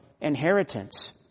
inheritance